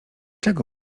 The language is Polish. czego